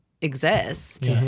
exist